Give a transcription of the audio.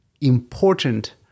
important